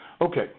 Okay